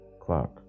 Clark